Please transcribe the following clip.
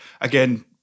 again